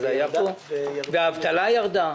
האבטלה ירדה.